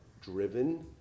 driven